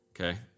okay